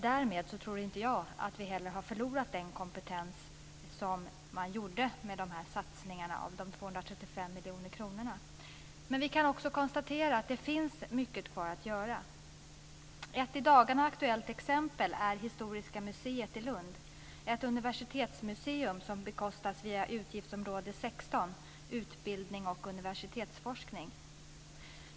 Därmed tror inte jag att vi har förlorat den kompetens man uppnådde i och med satsningen av de Vi kan också konstatera att det finns mycket kvar att göra. Ett i dagarna aktuellt exempel är Historiska museet i Lund - ett universitetsmuseum som bekostats via utgiftsområde 16 Utbildning och universitetsforskning.